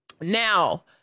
Now